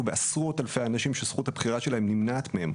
בעשרות אלפי אנשים שהזכות שלהם נמנעת מהם,